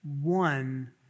one